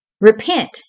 Repent